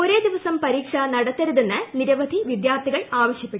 ഒരേ ദിവസം പരീക്ഷ നടത്തരുതെന്ന് നിരവധി വിദ്യാർത്ഥികൾ ആവശ്യപ്പെട്ടിരുന്നു